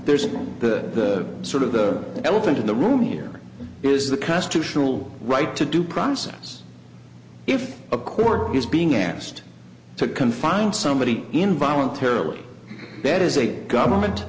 there's the sort of the elephant in the room here is the constitutional right to due process if a court is being asked to confine somebody in voluntarily that is a government